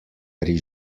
pri